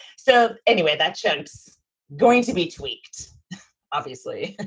so anyway, that ship's going to be tweaked obviously,